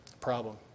problem